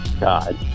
God